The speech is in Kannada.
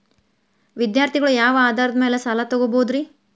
ವಿದ್ಯಾರ್ಥಿಗಳು ಯಾವ ಆಧಾರದ ಮ್ಯಾಲ ಸಾಲ ತಗೋಬೋದ್ರಿ?